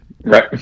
Right